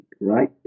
right